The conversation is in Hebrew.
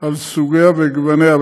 על סוגיה וגווניה,